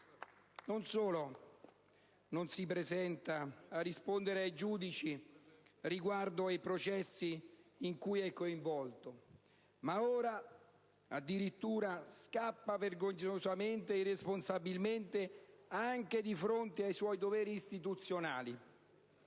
Non solo non si presenta a rispondere ai giudici riguardo ai processi in cui è coinvolto, ma ora addirittura scappa vergognosamente e irresponsabilmente anche di fronte ai suoi doveri istituzionali.